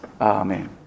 Amen